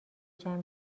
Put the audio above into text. جمع